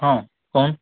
ହଁ କହୁନ୍